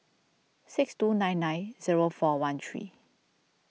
six two nine nine zero four one three